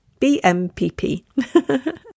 BMPP